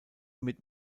mit